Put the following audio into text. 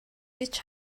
гэж